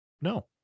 no